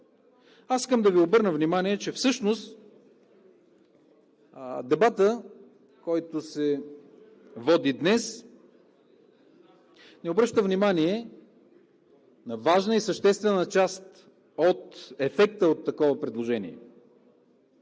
Аз искам да Ви обърна внимание, че всъщност дебатът, който се води днес, не обръща внимание на важна и съществена част на ефекта от такова предложение.